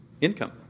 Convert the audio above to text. income